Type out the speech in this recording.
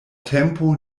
tempo